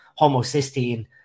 homocysteine